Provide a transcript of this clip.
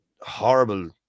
horrible